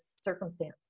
circumstance